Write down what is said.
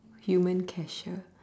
human cashier